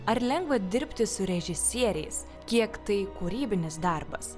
ar lengva dirbti su režisieriais kiek tai kūrybinis darbas